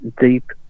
deep